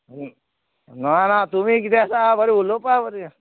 ना ना तुमी किदें आसा बरें उलोवपा बरें